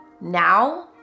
now